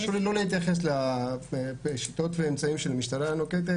תרשו לי לא להתייחס לשיטות ואמצעים שהמשטרה נוקטת,